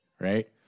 right